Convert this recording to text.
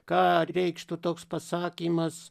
ką reikštų toks pasakymas